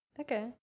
Okay